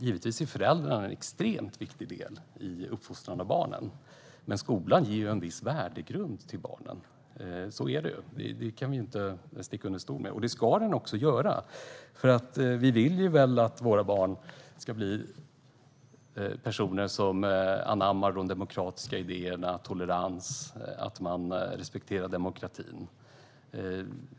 Givetvis är föräldrarna en extremt viktig del i uppfostran av barnen, men skolan ger en viss värdegrund till barnen. Så är det - detta kan vi inte sticka under stol med. Det ska den också göra. Vi vill ju att våra barn ska bli personer som anammar demokratiska idéer och tolerans och respekterar demokratin.